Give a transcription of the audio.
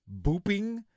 booping